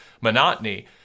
monotony